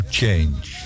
change